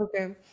okay